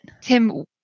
Tim